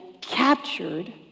captured